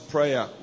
Prayer